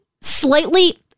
slightly